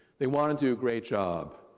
they want to do a great job,